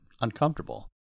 uncomfortable